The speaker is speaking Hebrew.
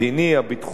הביטחוני,